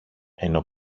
ενώ